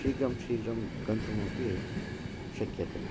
शीघ्रं शीघ्रं गन्तुमपि शक्यते